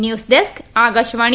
news desk Akashvani